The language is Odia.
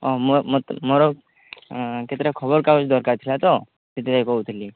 ହଁ ମୋର କେତେଟା ଖବରକାଗଜ ଦରକାର ଥିଲା ତ ସେଥିପାଇଁ କହୁଥିଲି